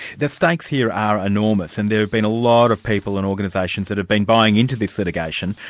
the stakes here are enormous, and there have been a lot of people and organisations that have been buying into this litigation.